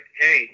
Hey